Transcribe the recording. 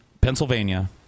Pennsylvania